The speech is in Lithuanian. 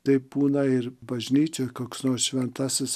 taip būna ir bažnyčioj koks nors šventasis